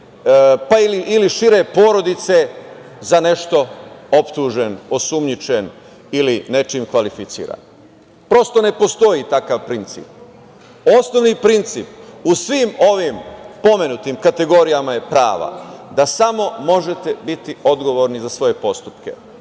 ili šire porodice za nešto optužen, osumnjičen ili nečim kvalificiran. Prosto, ne postoji takav princip. Osnovni princip u svim ovim pomenutim kategorijama je prava da samo možete biti odgovorni za svoje postupke.